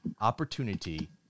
opportunity